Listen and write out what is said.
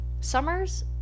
Summers